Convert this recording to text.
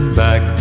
back